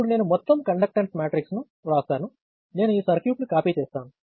ఇప్పుడు నేను మొత్తం కండక్టెన్స్ మ్యాట్రిక్స్ ను వ్రాస్తాను నేను ఈ సర్క్యూట్ను కాపీ చేస్తాను